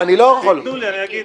כשיתנו לי אני אגיד.